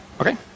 Okay